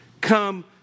Come